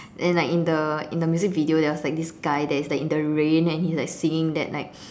and like in the in the music video there was like this guy that is like in the rain and he's like singing that like